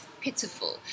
pitiful